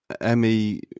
Emmy